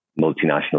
multinational